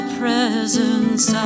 presence